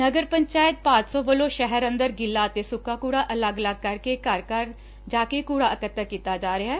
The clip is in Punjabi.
ਨਗਰ ਪੰਚਾਇਤ ਭਾਦਸੋਂ ਵੱਲੋਂ ਸ਼ਹਿਰ ਅੰਦਰ ਗਿੱਲਾ ਅਤੇ ਸੁੱਕਾ ਕੂੜਾ ਘਰ ਘਰ ਜਾ ਕੇ ਕੂੜਾ ਇਕੱਤਰ ਕੀਤਾ ਜਾ ਰਿਹੈ